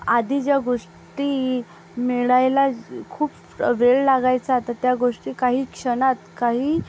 आधी ज्या गोष्टी मिळायला खूप वेळ लागायचा आता त्या गोष्टी काही क्षणात काही